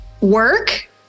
work